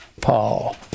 Paul